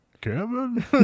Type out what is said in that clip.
Kevin